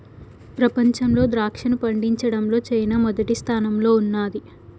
ప్రపంచంలో ద్రాక్షను పండించడంలో చైనా మొదటి స్థానంలో ఉన్నాది